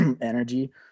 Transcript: energy